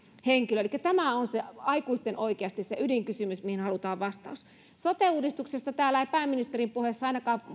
henkilö elikkä tämä on aikuisten oikeasti se ydinkysymys mihin halutaan vastaus sote uudistuksesta täällä ei ainakaan pääministerin puheessa